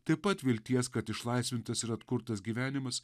taip pat vilties kad išlaisvintas ir atkurtas gyvenimas